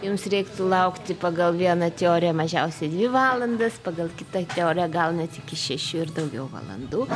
jums reiktų laukti pagal vieną teoriją mažiausiai dvi valandas pagal kitą teoriją gaunat iki šešių ir daugiau valandų